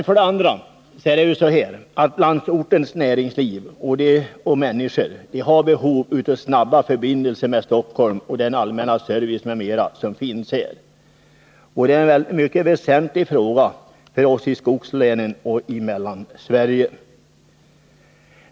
För det andra har landsortens näringsliv och människor behov av snabbförbindelser med Stockholm och den allmänna service m.m. som finns här. Det är en mycket väsentlig fråga för oss i skogslänen och Mellansverige.